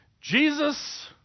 Jesus